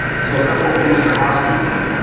so a couple things for housekeeping.